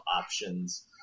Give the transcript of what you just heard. options